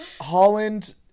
Holland